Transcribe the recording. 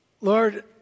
Lord